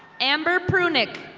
amber prunick.